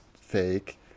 fake